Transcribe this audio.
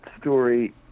story